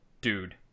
dude